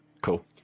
Cool